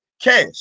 Cash